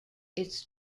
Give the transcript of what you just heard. its